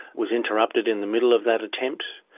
was interrupted in the middle of that attempt,